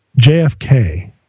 JFK